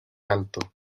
alto